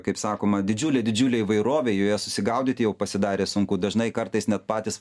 kaip sakoma didžiulė didžiulė įvairovė joje susigaudyt jau pasidarė sunku dažnai kartais net patys